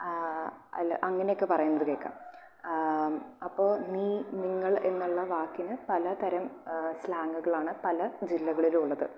അല്ല അങ്ങനെയൊക്കെ പറയുന്നത് കേൾക്കാം അപ്പോൾ നീ നിങ്ങൾ എന്നുള്ള വാക്കിന് പലതരം സ്ലാങ്ങുകളാണ് പല ജില്ലകളിലും ഉള്ളത്